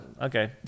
Okay